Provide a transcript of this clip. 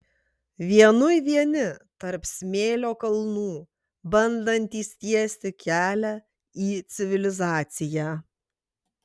vienui vieni tarp smėlio kalnų bandantys tiesti kelią į civilizaciją